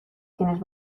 tienes